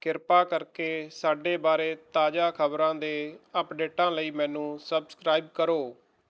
ਕਿਰਪਾ ਕਰਕੇ ਸਾਡੇ ਬਾਰੇ ਤਾਜ਼ਾ ਖਬਰਾਂ ਦੇ ਅਪਡੇਟਾਂ ਲਈ ਮੈਨੂੰ ਸਬਸਕ੍ਰਾਈਬ ਕਰੋ